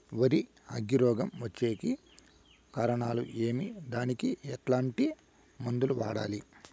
వరి అగ్గి రోగం వచ్చేకి కారణాలు ఏమి దానికి ఎట్లాంటి మందులు వాడాలి?